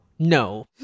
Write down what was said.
No